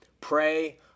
Pray